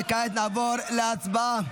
וכעת נעבור להצבעה.